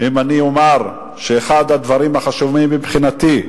אני אומר שאחד הדברים החשובים מבחינתי,